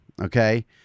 Okay